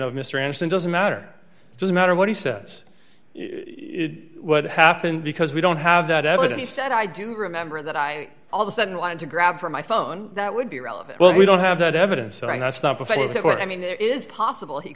of mr anderson doesn't matter it doesn't matter what he says what happened because we don't have that evidence that i do remember that i all the sudden want to grab for my phone that would be relevant well we don't have that evidence that i'd stop if it were i mean it is possible he